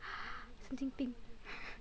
神经病